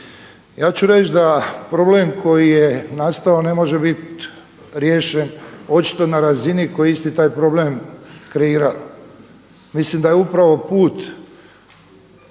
Ja ću reći da problem koji je nastao ne može biti riješen očito na razini koji isti taj problem kreirali. Mislim da je upravo put